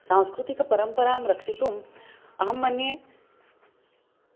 सांस्कृतिकपरम्परां रक्षितुम् अहम्मन्ये